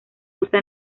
usa